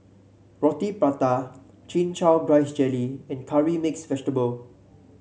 Roti Prata Chin Chow Grass Jelly and Curry Mixed Vegetable